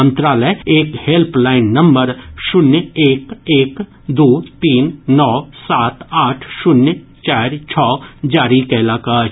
मंत्रालय एक helpline number शून्य एक एक दू तीन नओ सात आठ शून्य चारि छओ जारी कयलक अछि